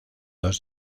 dos